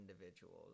individuals